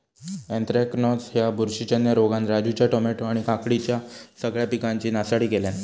anthracnose ह्या बुरशीजन्य रोगान राजूच्या टामॅटो आणि काकडीच्या सगळ्या पिकांची नासाडी केल्यानं